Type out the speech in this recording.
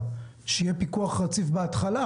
שיהיה פיקוח רציף בהתחלה.